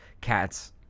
cats